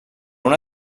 una